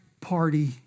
party